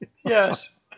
Yes